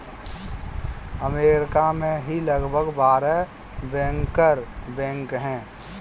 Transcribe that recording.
अमरीका में ही लगभग बारह बैंकर बैंक हैं